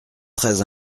très